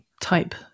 type